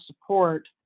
support